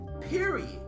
Period